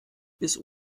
bis